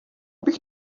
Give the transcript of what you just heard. bych